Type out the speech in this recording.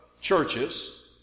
churches